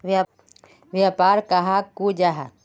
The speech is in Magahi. व्यापार कहाक को जाहा?